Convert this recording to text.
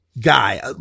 guy